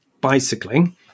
bicycling